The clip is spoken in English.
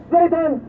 Satan